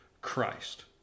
Christ